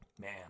Man